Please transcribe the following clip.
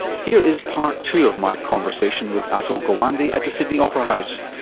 here is part two of my conversation with atul gawande at the sydney opera house.